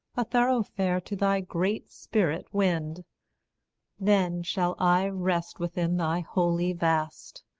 a thoroughfare to thy great spirit-wind then shall i rest within thy holy vast,